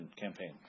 campaign